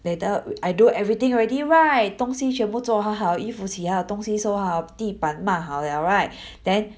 later I do everything already [right] 东西全部做好好衣服洗好好东西收好好地板抹好了 [right] then